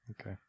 Okay